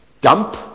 dump